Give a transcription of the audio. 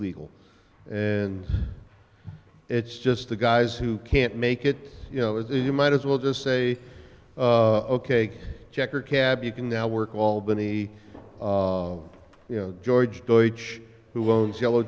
legal and it's just the guys who can't make it you know as you might as well just say ok checker cab you can now work albany you know george george who owns yellow